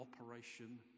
Operation